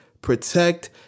protect